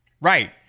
right